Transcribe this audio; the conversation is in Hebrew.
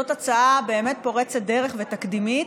זאת הצעה באמת פורצת דרך ותקדימית.